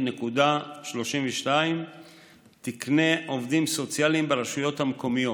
5,595.32 תקני עובדים סוציאליים ברשויות המקומיות,